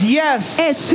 yes